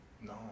No